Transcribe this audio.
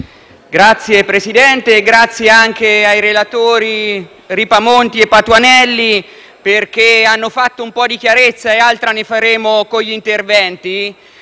Signor Presidente, ringrazio i relatori Ripamonti e Patuanelli perché hanno fatto un po’ di chiarezza - e altra ne faremo con gli interventi